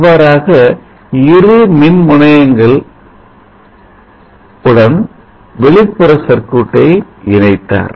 இவ்வாறாக இரு மின்முனையங்கள் உடன் வெளிப்புற சர்க்யூட்ஐ இணைத்தார்